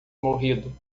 morrido